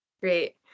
Great